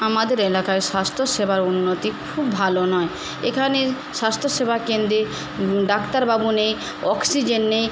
আমাদের এলাকায় স্বাস্থ্য সেবার উন্নতি খুব ভালো নয় এখানে স্বাস্থ্যসেবা কেন্দ্রে ডাক্তারবাবু নেই অক্সিজেন নেই